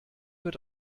wird